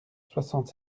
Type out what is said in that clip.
soixante